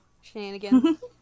shenanigans